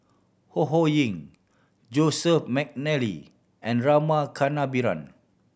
Ho Ho Ying Joseph McNally and Rama Kannabiran